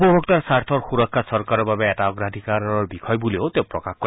উপভোক্তাৰ স্বাৰ্থৰ সুৰক্ষা চৰকাৰৰ বাবে এটা অগ্ৰাধিকাৰৰ বিষয় বুলিও তেওঁ প্ৰকাশ কৰে